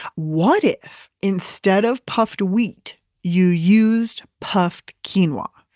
what if instead of puffed wheat you used puffed quinoa,